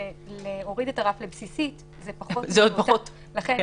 שלהוריד את הרף לבסיסית זה עוד פחות --- לכן